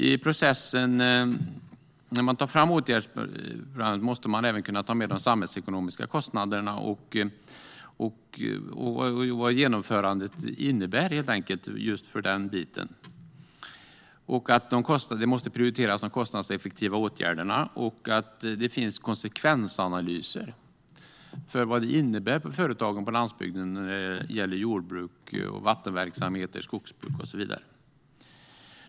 I processen, när man tar fram åtgärdsprogram, måste man även kunna ta med de samhällsekonomiska kostnaderna, helt enkelt vad genomförandet innebär just för den biten. De kostnadseffektiva åtgärderna måste prioriteras. Det handlar också om att det behövs konsekvensanalyser. Vad innebär detta för företagen på landsbygden när det gäller jordbruk, vattenverksamheter, skogsbruk och så vidare?